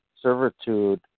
servitude